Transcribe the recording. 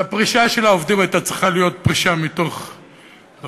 והפרישה של העובדים הייתה צריכה להיות פרישה מתוך רצון,